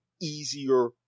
easier